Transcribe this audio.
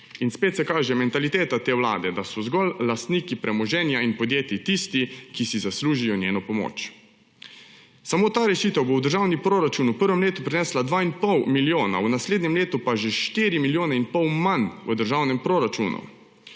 In spet se kaže mentaliteta te vlade, da so zgolj lastniki premoženja in podjetij tisti, ki si zaslužijo njeno pomoč. Samo ta rešitev bo v državni proračun v prvem letu prinesla 2 in pol milijona, v naslednjem letu pa že 4 milijone in pol manj v državnem proračunu.